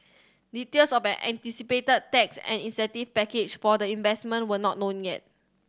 details of an anticipated tax and incentive package for the investment were not known yet